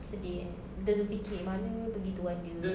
sedih eh dia ada fikir mana pergi tuan dia